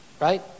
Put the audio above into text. right